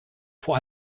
vor